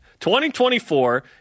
2024